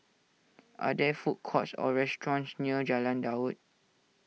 are there food courts or restaurants near Jalan Daud